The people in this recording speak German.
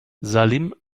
salim